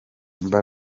mba